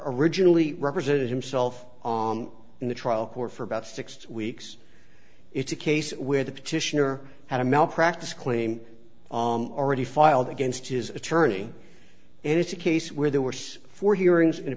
originally represented himself in the trial court for about six weeks it's a case where the petitioner had a malpractise claim already filed against his attorney and it's a case where there were four hearings in a